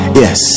yes